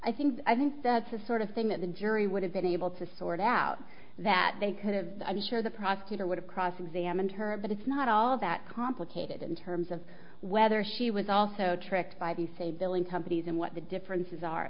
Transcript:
i think i think that's the sort of thing that the jury would have been able to sort out that they could have i'm sure the prosecutor would have cross examined her but it's not all that complicated in terms of whether she was also tricked by the say billing companies and what the differences are